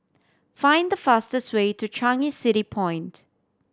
find the fastest way to Changi City Point